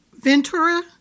Ventura